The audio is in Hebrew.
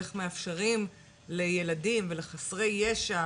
איך מאפשרים לילדים ולחסרי ישע,